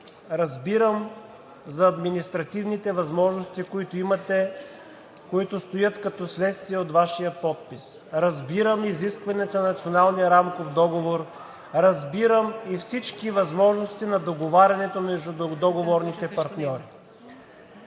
Разбирам за административните възможности, които имате, които стоят като следствие от Вашия подпис. Разбирам изискванията на Националния рамков договор. Разбирам и всички възможности на договарянето между договорните партньори.